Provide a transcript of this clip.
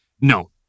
no